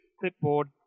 clipboard